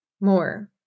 more